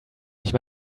nicht